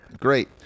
Great